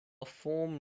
form